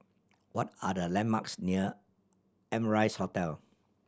what are the landmarks near Amrise Hotel